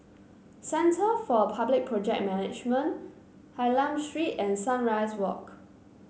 Centre for Public Project Management Hylam Street and Sunrise Walk